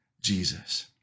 Jesus